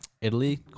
italy